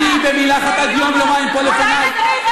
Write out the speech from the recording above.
זה איום או הבטחה?